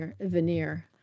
veneer